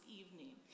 evening